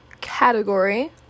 category